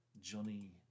Johnny